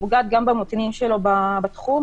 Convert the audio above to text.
היא פוגעת גם בנתונים שלו בתחום,